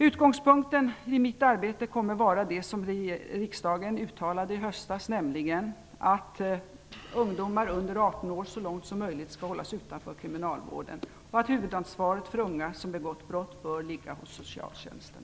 Utgångspunkten för mitt arbete kommer att vara det som riksdagen uttalade i höstas, nämligen att ungdomar under 18 år så långt som möjligt skall hållas utanför kriminalvården och att huvudansvaret för unga som begått brott bör ligga hos socialtjänsten.